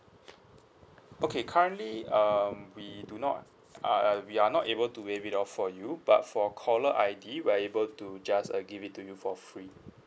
okay currently um we do not uh uh we are not able to waive it off for you but for caller I_D we are able to just uh give it to you for free